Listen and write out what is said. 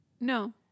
No